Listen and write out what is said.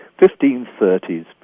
1530s